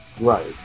Right